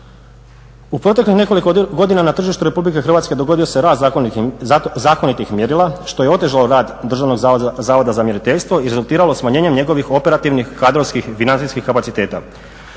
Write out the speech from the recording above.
U proteklih nekoliko godina na tržištu Republike Hrvatske dogodio se rast zakonitih mjerila što je otežalo rad Državnog zavoda za mjeriteljstvo i rezultiralo smanjenjem njegovih operativnih, kadrovskih i financijskih kapaciteta.